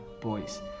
boys